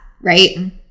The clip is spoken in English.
right